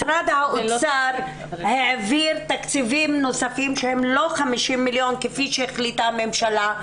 משרד האוצר העביר תקציבים נוספים שהם לא 50 מיליון כפי שהחליטה הממשלה,